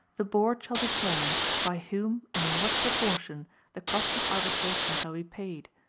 the board shall determine by whom and in what proportion the cost of arbitration shall be paid,